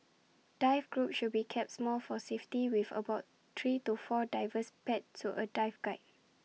dive groups should be kept small for safety with about three to four divers paired to A dive guide